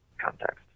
context